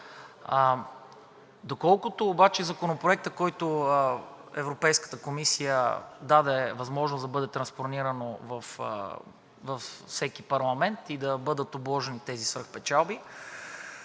Доколкото обаче Законопроектът, който Европейската комисия даде възможност да бъде транспониран във всеки парламент и да бъдат обложени тези свръхпечалби,